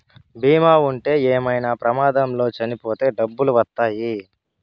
బీమా ఉంటే ఏమైనా ప్రమాదంలో చనిపోతే డబ్బులు వత్తాయి